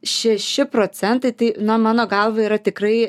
šeši procentai tai na mano galva yra tikrai